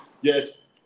Yes